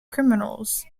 criminals